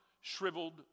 shriveled